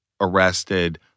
arrested